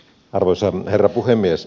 arvoisa herra puhemies